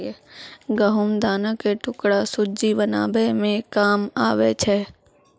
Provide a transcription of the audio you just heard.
गहुँम दाना के टुकड़ा सुज्जी बनाबै मे काम आबै छै